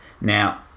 Now